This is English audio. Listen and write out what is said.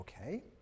Okay